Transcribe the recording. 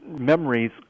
memories